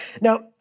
Now